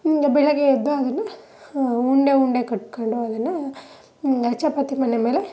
ಬೆಳಗ್ಗೆ ಎದ್ದು ಅದನ್ನು ಉಂಡೆ ಉಂಡೆ ಕಟ್ಕೊಂಡು ಅದನ್ನು ಚಪಾತಿ ಮಣೆ ಮೇಲೆ